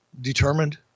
determined